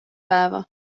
päeva